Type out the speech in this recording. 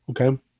Okay